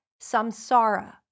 samsara